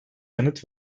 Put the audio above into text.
yanıt